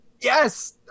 yes